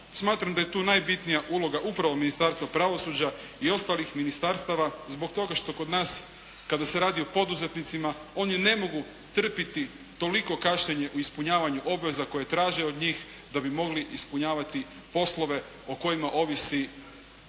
Smatram da je tu najbitnija uloga upravo Ministarstva pravosuđa i ostalih ministarstava zbog toga što kod nas kada se radi o poduzetnicima oni ne mogu trpiti toliko kašnjenje u ispunjavanju obveza koje traže od njih da bi mogli ispunjavati poslove o kojima ovisi